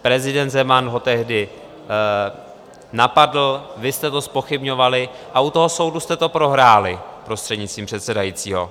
Prezident Zeman ho tehdy napadl, vy jste to zpochybňovali a u toho soudu jste to prohráli, prostřednictvím předsedajícího.